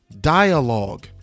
dialogue